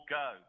go